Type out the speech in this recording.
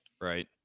Right